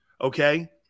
Okay